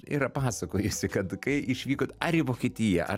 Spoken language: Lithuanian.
yra pasakojusi kad kai išvykot ar į vokietiją ar